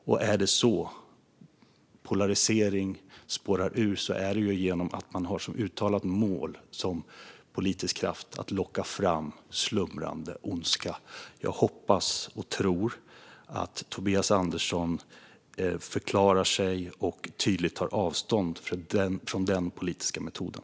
Om polarisering spårar ur är det när man som politisk kraft har som uttalat mål att locka fram slumrande ondska. Jag hoppas och tror att Tobias Andersson förklarar sig och tydligt tar avstånd från den politiska metoden.